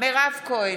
מירב כהן,